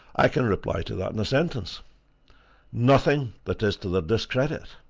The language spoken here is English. i can reply to that in a sentence nothing that is to their discredit!